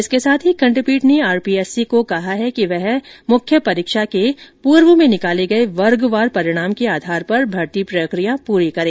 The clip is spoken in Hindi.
इसके साथ ही खंडपीठ ने आरपीएससी को कहा है कि वह मुख्य परीक्षा के पूर्व में निकाले गए वर्गवार परिणाम के आधार पर भर्ती प्रक्रिया पूरी करे